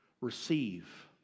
receive